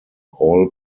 all